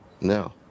No